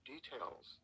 details